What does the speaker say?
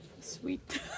Sweet